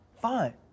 Fine